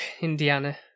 Indiana